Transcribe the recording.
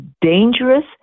dangerous